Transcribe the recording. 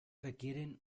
requieren